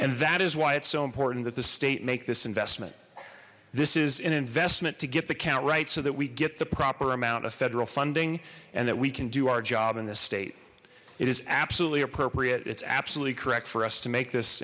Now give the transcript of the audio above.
and that is why it's so important that the state make this investment this is an investment to get the count right so that we get the proper amount of federal funding and that we can do our job in this state it is absolutely appropriate it's absolutely correct for us to make this